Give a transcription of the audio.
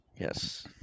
Yes